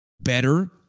better